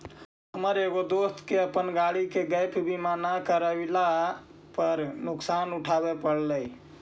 हमर एगो दोस्त के अपन गाड़ी के गैप बीमा न करवयला पर नुकसान उठाबे पड़लई